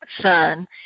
son